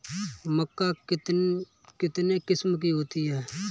मक्का कितने किस्म की होती है?